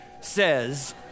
says